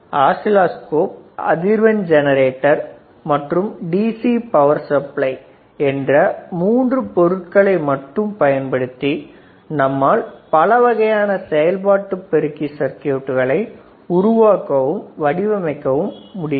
oscilloscope அதிர்வெண் generator மற்றும் DC power supply என்ற மூன்று பொருட்களை மட்டும் பயன்படுத்தி நம்மால் பலவகையான செயல்பாட்ட பெருக்கி சர்க்யூட்டுகளை உருவாக்கவும் வடிவமைக்கவும் முடியும்